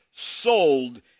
sold